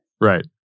Right